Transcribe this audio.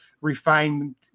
refined